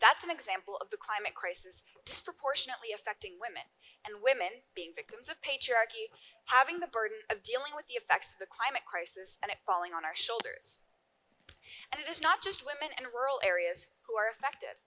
that's an example of the climate crisis disproportionately affecting women and women being victims of patriarchy having the burden of dealing with the effects of the climate crisis and it falling on our shoulders and it is not just women and rural areas who are affect